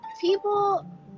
people